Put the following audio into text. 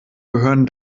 gehören